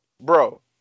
Bro